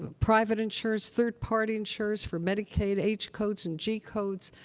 ah private insurers, third-party insurers, for medicaid, h codes and g codes,